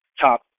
top